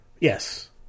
Yes